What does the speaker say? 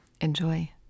Enjoy